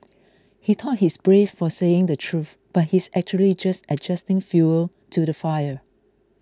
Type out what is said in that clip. he thought he's brave for saying the truth but he's actually just adding fuel to the fire